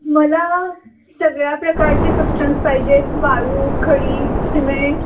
मला सगळ्या प्रकारचे सब्स्टन्स पाहिजे आहेत वाळू खडी सिमेंट